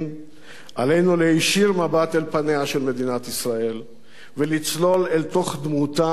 עלינו להישיר מבט אל פניה של מדינת ישראל ולצלול אל תוך דמותה וצביונה.